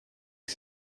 ich